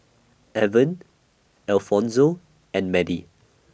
Evan Alfonzo and Madie